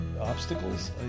obstacles